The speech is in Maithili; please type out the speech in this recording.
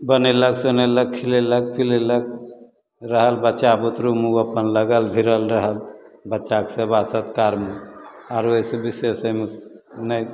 बनेलक सोनेलक खिलेलक पिलेलक रहल बच्चा बुतरुमे ओ अपन लगल भिड़ल रहल बच्चाके सेवा सत्कारमे आओर एहिसँ विशेष एहिमे नहि